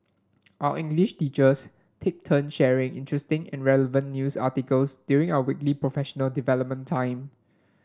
our English teachers take turns sharing interesting and relevant news articles during our weekly professional development time